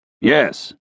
Yes